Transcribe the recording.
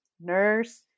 nurse